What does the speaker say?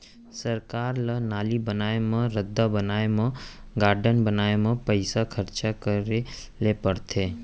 सरकार ल नाली बनाए म, रद्दा बनाए म, गारडन बनाए म पइसा खरचा करे ल परथे